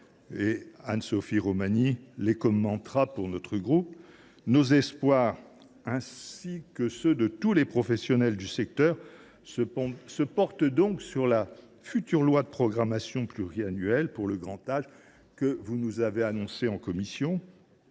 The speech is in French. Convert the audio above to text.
Anne Sophie Romagny y reviendra au nom du groupe UC. Nos espoirs, ainsi que ceux de tous les professionnels du secteur, se portent donc sur la future loi de programmation pluriannuelle pour le grand âge, que vous nous avez annoncée devant la commission